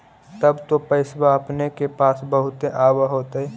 तब तो पैसबा अपने के पास बहुते आब होतय?